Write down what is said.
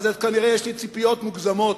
כנראה שיש לי ציפיות מוגזמות